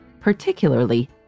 particularly